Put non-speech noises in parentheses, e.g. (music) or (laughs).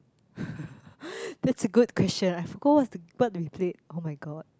(laughs) that's a good question I forgot what the what we played oh-my-God